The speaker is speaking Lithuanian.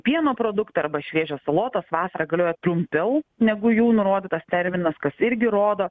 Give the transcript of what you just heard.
pieno produktai arba šviežios salotos vasarą galioja trumpiau negu jų nurodytas terminas kas irgi rodo